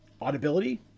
audibility